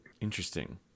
Interesting